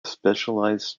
specialized